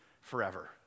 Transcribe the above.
forever